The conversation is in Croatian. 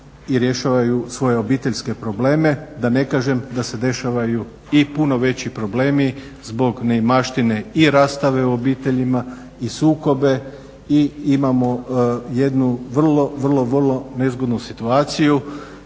i rješavaju svoje obiteljske probleme, da ne kažem da se dešavaju i puno veći problemi zbog neimaštine i rastave u obiteljima i sukobe. I imamo jednu vrlo, vrlo nezgodnu situaciju